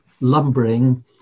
lumbering